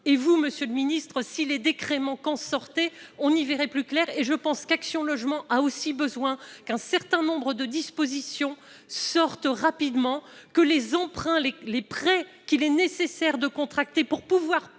et vous, monsieur le ministre, si les décrets manquent en on y verrait plus clair et je pense qu'Action Logement a aussi besoin qu'un certain nombre de dispositions sortent rapidement que les emprunts, les prêts qu'il est nécessaire de contracter pour pouvoir